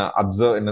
observe